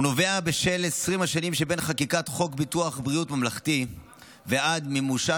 הוא נובע מ-20 השנים שבין חקיקת חוק ביטוח בריאות ממלכתי ועד למימושה